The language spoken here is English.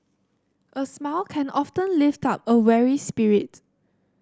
a smile can often lift up a weary spirit